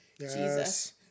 jesus